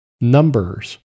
numbers